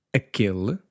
aquele